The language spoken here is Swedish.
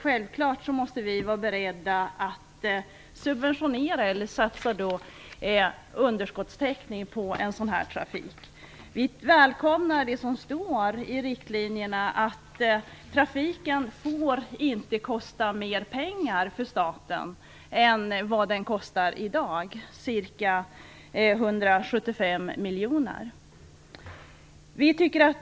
Självfallet måste vi då också vara beredda att subventionera eller se till att täcka underskotten för en sådan trafik. Vi välkomnar det som sägs i riktlinjerna, nämligen att trafiken inte får kosta mer pengar för staten än vad den kostar i dag, ca 175 miljoner kronor.